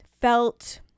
felt